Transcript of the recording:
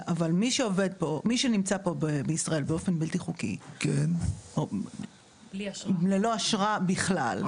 אבל מי שנמצא פה בישראל באופן בלתי חוקי ללא אשרה בכלל,